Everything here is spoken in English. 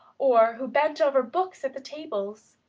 or who bent over books at the tables.